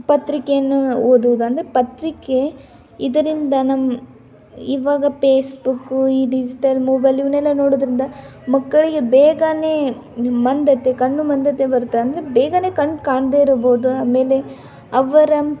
ಪತ್ರಿಕೇನ್ನ ಓದುದು ಅಂದರೆ ಪತ್ರಿಕೆ ಇದರಿಂದ ನಮ್ಮ ಇವಾಗ ಪೇಸ್ಬುಕ್ಕು ಈ ಡಿಜಿಟಲ್ ಮೊಬೈಲ್ ಇವನ್ನೆಲ್ಲ ನೋಡುದರಿಂದ ಮಕ್ಕಳಿಗೆ ಬೇಗನೆ ಮಂದತೆ ಕಣ್ಣು ಮಂದತೆ ಬರುತ್ತೆ ಅಂದರೆ ಬೇಗನೆ ಕಣ್ಣು ಕಾಣದೆ ಇರಬೋದು ಆಮೇಲೆ ಅವರ